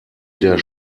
der